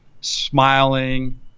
smiling